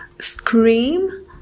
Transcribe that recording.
scream